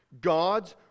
God